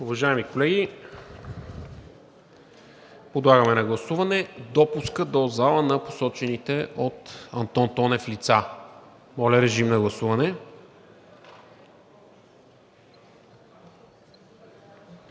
Уважаеми колеги, подлагам на гласуване допуска в залата на посочените от Антон Тонев лица. Гласували